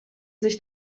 sich